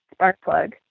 Sparkplug